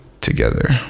together